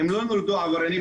הם לא נולדו עבריינים,